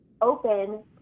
open